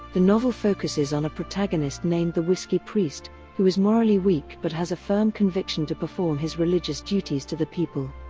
the novel focuses on a protagonist named the whiskey priest who is morally weak but has a firm conviction to perform his religious duties to the people.